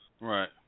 right